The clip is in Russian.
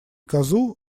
козу